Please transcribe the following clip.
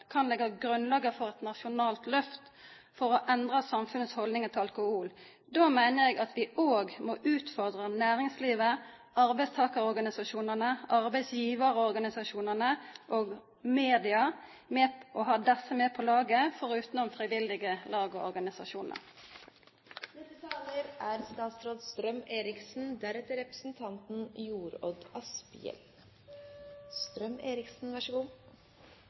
kan leggja grunnlaget for eit nasjonalt lyft for å endra samfunnet si haldning til alkohol. Då meiner eg at vi òg må utfordra næringslivet, arbeidstakarorganisasjonane, arbeidsgjevarorganisasjonane og media og ha desse med på laget, forutan frivillige lag og organisasjonar. Reklameforbudet er